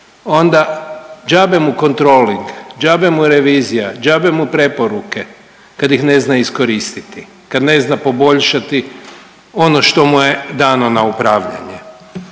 onda džabe mu kontroling, džabe mu revizija, džabe mu preporuke kad ih ne znam iskoristiti, kad ne zna poboljšati ono što mu je dano na upravljanje.